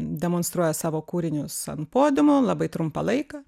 demonstruoja savo kūrinius ant podiumo labai trumpą laiką